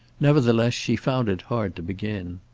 nevertheless she found it hard to begin.